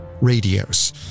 radios